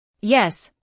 Yes